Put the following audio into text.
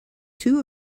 two